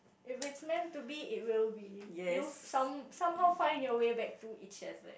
if it's meant to be it will be you will some somehow find your way back to each other